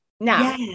Now